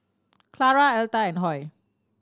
Clara Elta and Hoy